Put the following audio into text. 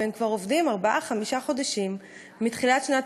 הם כבר עובדים ארבעה-חמישה חודשים מתחילת שנת